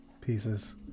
pieces